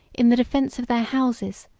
in the defence of their houses,